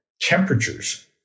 temperatures